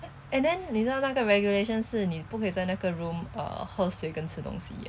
and then 你知道那个 regulation 是你不可以在那个 room uh 喝水跟吃东西